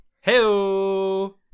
Hello